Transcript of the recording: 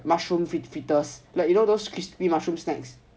mushroom fried fritters like you know those crispy mushroom snacks